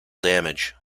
damage